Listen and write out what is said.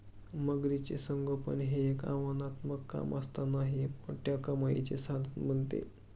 मगरीचे संगोपन हे एक आव्हानात्मक काम असतानाही मोठ्या कमाईचे साधन बनते